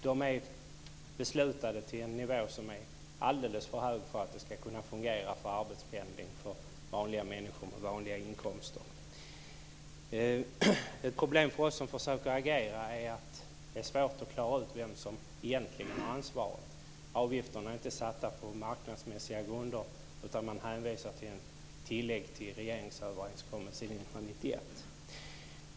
De är beslutade till en nivå som är alldeles för hög för att det ska kunna fungera för arbetspendling för vanliga människor med vanliga inkomster. Ett problem för oss som försöker agera är att det är svårt att klara ut vem som egentligen har ansvaret. Avgifterna är inte satta på marknadsmässiga grunder, utan man hänvisar till ett tillägg till en regeringsöverenskommelse 1991.